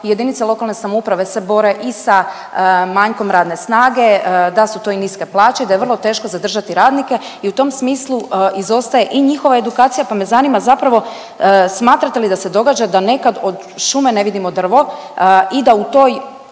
reći da JLS se bore i sa manjkom radne snage, da su to i niske plaće, da je vrlo teško zadržati radnike i u tom smislu izostaje i njihova edukacija, pa me zanima zapravo smatrate li da se događa da nekad od šume ne vidimo drvo i da u toj,